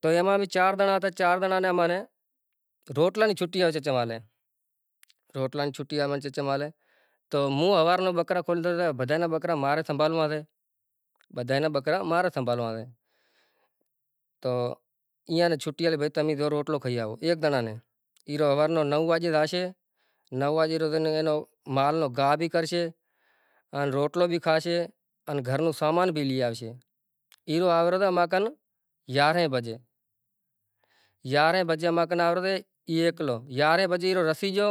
تو ایما بی چار دانا ہتا ، چار دانا نے امنے، روٹلا نی چھٹی ہوئے چھے چوا لے۔ روٹلا نی چھٹی ہوئے چھو چوالے تو موں ہوار نا بکراکھولتا تا بدھائی نا بکرا مارے سنبھالوا سے۔ بدھائی نا بکرا مارے سنبھالواسے۔ تو ای آنے چھٹی والے بھتامے روٹلو کھیاوو ایک دانا نے۔ ای رو ہوار نے نو واجے راشے نو واجے روز اینا مال نو گھا بی کرشے ان روٹلو بی کھاشے ان گھر نو شامان بی لی یاوشے۔ ای رو آوے ہے ہما کن گیارھے بجے۔ گیارھے بجے ہمار کن آورے ای ایکلو۔ یارہے بجے اینو رسیجو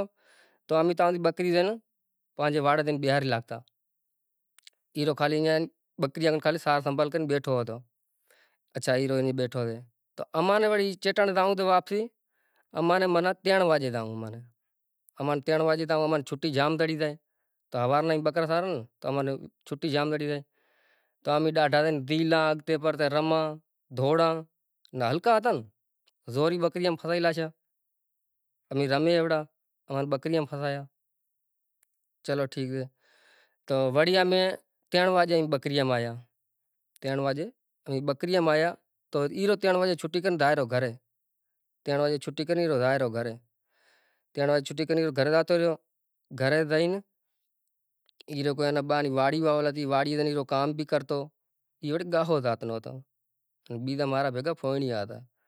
تو امی تان کھے بکری دیون پانجھے واڑے لئی بھیاری لاوتا۔ ای تو کھالی ای یئ ان بکری نی آگن ساھ سنبھال کری بیٹھو ہتو۔ اچھا ای ہیرو بیٹھو سے۔ اما نے وڑی چیٹن راو تہ واپسی امنے معنی تین واجے راو۔ انمنے ترن واجے راو اماری چھٹی جام پئڑی چھے تو ہوار نا ای بکرا سارن تو چھٹی جام پڑی سے، تو امے ڈاڈا ڈھیلا کے کیارے رماں دھوڑاں ہلکا ہتا نا، زوری بکری ہم پھلائی لاشا امی رمے ایوڑا ای بکری آم پھسایا۔ چلو ٹھیک سے۔ تو وڑی امے ترن وازے بکری امایا، ترن واجے امے بکری امایا تو ای تو چھٹی کری نے جائے ریو گھرے۔ ترن واگے چھٹی کری نے جائے ریو گھرے۔ ترن واگے چھٹی کری نے گھرے جاتو ریو گھرے جئی نے ای لوگو اینا واڑی واھ وارا تی واڑی واھ اینو کام بی کرتو ای وڑی گاھو جات نو ہتو بیجا مارا بھیگا پھوہنڑیا ہتا۔